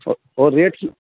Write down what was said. ও ওর রেট কী